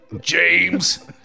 James